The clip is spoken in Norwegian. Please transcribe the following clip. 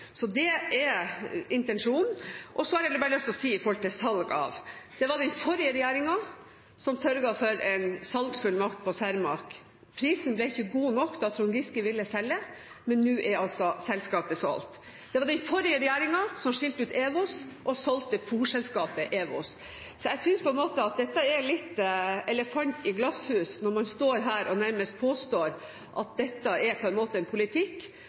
Så det er intensjonen. Så har jeg bare lyst til å si til «salg av»: Det var den forrige regjeringen som sørget for en salgsfullmakt på Cermaq. Prisen ble ikke god nok da Trond Giske ville selge, men nå er altså selskapet solgt. Det var den forrige regjeringen som skilte ut EWOS og solgte fôrselskapet EWOS. Så jeg synes at det er litt elefant i glasshus når man står her og nærmest påstår at dette er en politikk